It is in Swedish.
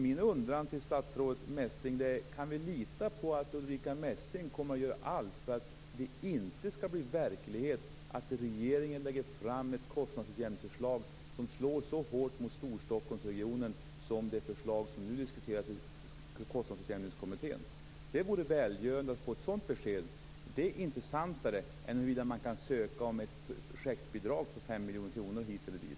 Min fråga är: Kan vi lita på att Ulrica Messing kommer att göra allt för att det inte skall bli verklighet att regeringen lägger fram ett kostnadsutjämningsförslag som slår så hårt mot Storstockholmsregionen som det förslag som nu diskuteras i Kostnadsutjämningskommittén gör? Det vore välgörande att få ett sådant besked. Det är intressantare än huruvida man kan söka ett projektbidrag på 5 miljoner kronor hit eller dit.